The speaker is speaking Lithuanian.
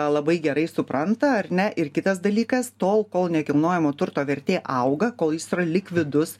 labai gerai supranta ar ne ir kitas dalykas tol kol nekilnojamo turto vertė auga kol jis yra likvidus